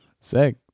sick